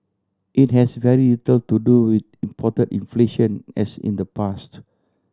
it has very little to do with import inflation as in the past